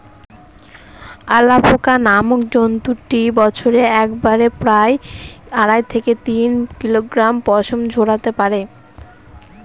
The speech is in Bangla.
অ্যালাপোকা নামক জন্তুটি বছরে একবারে প্রায় আড়াই থেকে তিন কিলোগ্রাম পশম ঝোরাতে পারে